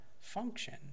function